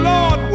Lord